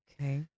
Okay